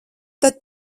tad